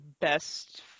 best